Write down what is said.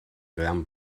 gran